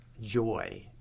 joy